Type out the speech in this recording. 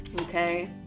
okay